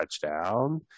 touchdown